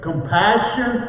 Compassion